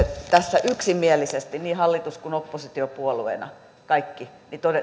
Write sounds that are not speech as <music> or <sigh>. <unintelligible> tässä yksimielisesti niin hallitus kuin oppositiopuolueet kaikki